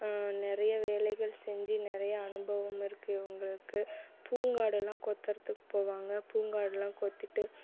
நிறைய வேலைகள் செஞ்சு நிறைய அனுபவம் இருக்குது இவங்களுக்கு பூங்காடெல்லாம் கொத்துறதுக்கு போவாங்க பூங்காடெல்லாம் கொத்திட்டு